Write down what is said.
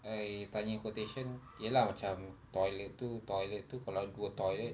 I tanya quotation ya lah macam toilet itu toilet itu kalau dua toilet